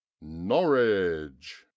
Norwich